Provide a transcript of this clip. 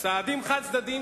צעדים חד-צדדיים,